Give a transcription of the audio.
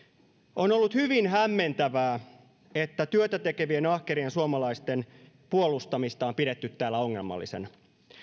on ollut hyvin hämmentävää että työtä tekevien ahkerien suomalaisten puolustamista on pidetty täällä ongelmallisena